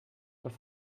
auf